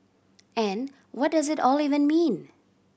and what does it all even mean